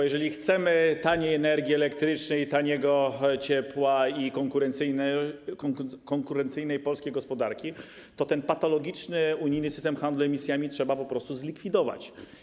Jeżeli chcemy taniej energii elektrycznej i taniego ciepła, i konkurencyjnej polskiej gospodarki, to ten patologiczny unijny system handlu emisjami trzeba po prostu zlikwidować.